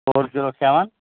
four zero seven